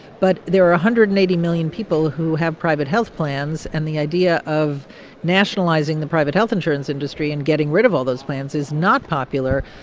but there are one hundred and eighty million people who have private health plans. and the idea of nationalizing the private health insurance industry and getting rid of all those plans is not popular.